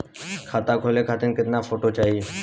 खाता खोले खातिर केतना फोटो चाहीं?